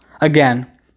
again